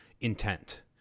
intent